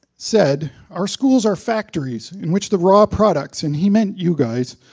said, our schools are factories in which the raw products and he meant you, guys